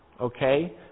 okay